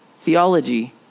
Theology